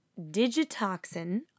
digitoxin